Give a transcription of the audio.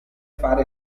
fare